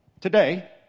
today